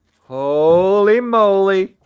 holy moly!